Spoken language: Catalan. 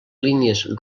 línies